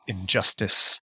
injustice